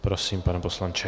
Prosím, pane poslanče.